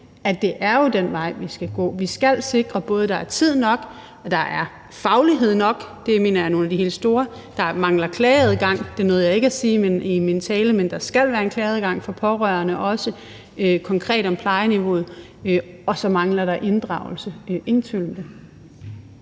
at det er den vej, vi skal gå. Vi skal både sikre, at der er tid nok, og at der er faglighed nok. Det mener jeg er nogle af de store områder. Der mangler klageadgang, hvilket jeg ikke nåede at sige i min tale, men der skal være en klageadgang for pårørende, også konkret om plejeniveauet, og så mangler der inddragelse, ingen